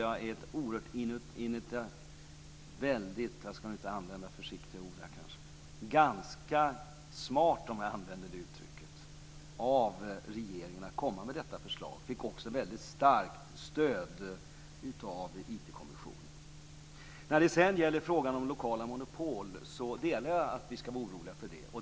Jag tycker att det är ganska smart - om jag använder det uttrycket - av regeringen att komma med detta förslag. Det fick också väldigt starkt stöd av IT-kommissionen. När det sedan gäller frågan om lokala monopol delar jag uppfattningen att vi ska vara oroliga för det.